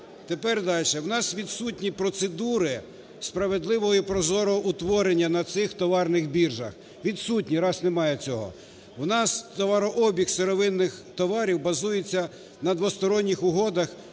У нас відсутні процедури справедливого і прозорого утворення на цих товарних біржах. Відсутні, раз немає цього. У нас товарообіг сировинних товарів базується на двосторонніх угодах